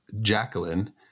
Jacqueline